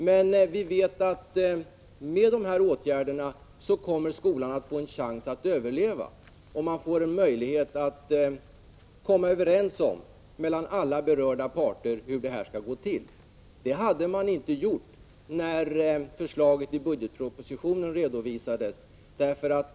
Men vi vet att genom de här åtgärderna kommer skolan att få en chans att överleva och alla berörda parter får en möjlighet att komma överens om hur undervisningen skall bedrivas. Det hade man inte gjort när förslaget i budgetpropositionen redovisades.